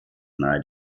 nahe